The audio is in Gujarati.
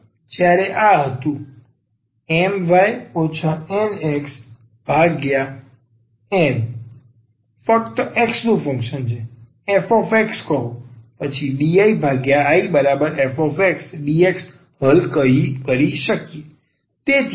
પ્રથમ જ્યારે આ હતું My NxN ફક્ત x નું ફંક્શન છે f કહો પછી dIIfxdx હલ કરી શકીએ